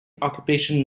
occupation